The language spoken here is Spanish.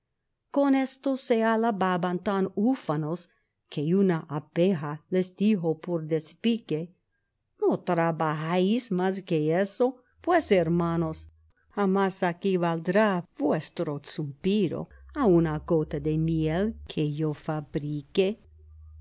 con esto se alababan tan ufanos que una abeja les dijo por despique no trabajáis más que eso pues hermanos jamás aquí valdrá suspiro a una gota de miel que yo